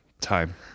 Time